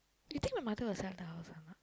you think my mother will sell the house or not